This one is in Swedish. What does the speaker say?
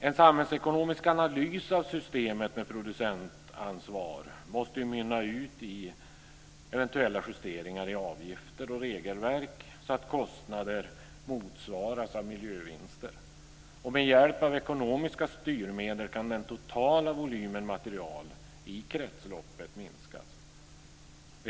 En samhällsekonomisk analys av systemet med producentansvar måste mynna ut i eventuella justeringar i avgifter och regelverk så att kostnader motsvaras av miljövinster. Med hjälp av ekonomiska styrmedel kan den totala volymen material i kretsloppet minskas.